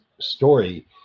story